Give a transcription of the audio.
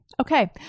okay